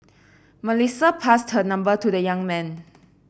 Melissa passed her number to the young man